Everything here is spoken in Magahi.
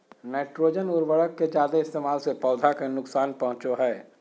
नाइट्रोजन उर्वरक के जादे इस्तेमाल से पौधा के नुकसान पहुंचो हय